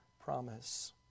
promise